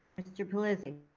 mr. puliz and